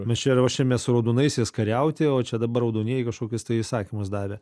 mes čia ruošiamės su raudonaisiais kariauti o čia dabar raudonieji kažkokius tai įsakymus davė